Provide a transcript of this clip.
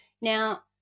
now